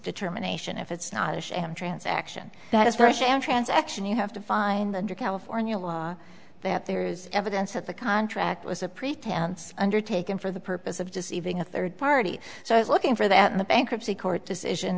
determination if it's not a sham transaction that especially on transaction you have to find the under california law that there is evidence that the contract was a pretense undertaken for the purpose of deceiving a third party so i was looking for that the bankruptcy court decision